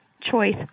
choice